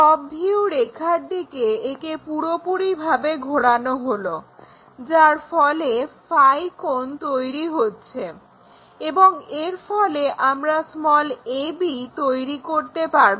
top view রেখার দিকে একে পুরোপুরিভাবে ঘোরানো হলো যার ফলে কোণ তৈরি হচ্ছে এবং এর ফলে আমরা ab তৈরি করতে পারব